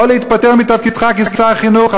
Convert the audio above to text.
או להתפטר מתפקידך כשר החינוך.